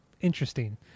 interesting